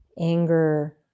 anger